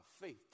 faith